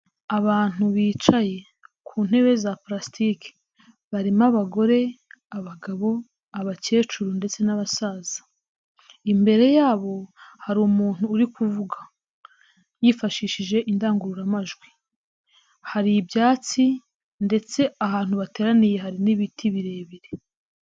Abantu bicaye ku ntebe za parsitiki, barimo abagore, abagabo, abakecuru ndetse n'abasaza, imbere yabo hari umuntu uri kuvuga yifashishije indangururamajwi, hari ibyatsi ndetse ahantu bateraniye hari n'ibiti birebire.